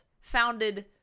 founded